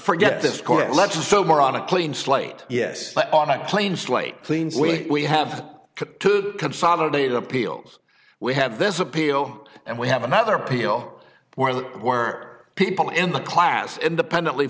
forget this court let's assume are on a clean slate yes but on a clean slate clean so we have to consolidate appeals we have this appeal and we have another appeal for the work people in the class independently